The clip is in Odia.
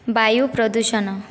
ବାୟୁ ପ୍ରଦୂଷଣ